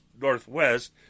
northwest